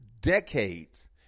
decades